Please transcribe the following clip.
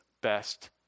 best